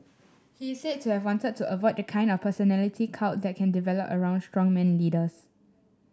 he said to have wanted to avoid the kind of personality cult that can develop around strongman leaders